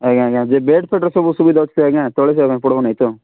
ଆଜ୍ଞା ଆଜ୍ଞା ଯେ ବେଡ୍ ଫେଡ୍ର ସବୁ ସୁବିଧା ଅଛି ତ ଆଜ୍ଞା ତଳେ ଶୋଇବାକୁ ପଡ଼ିବ ନାହିଁ ତ